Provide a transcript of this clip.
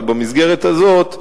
ובמסגרת הזאת,